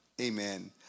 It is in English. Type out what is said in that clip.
Amen